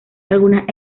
algunas